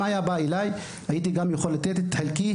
אם הוא היה בא אליי הייתי יכול לתת את חלקי,